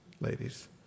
ladies